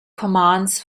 commands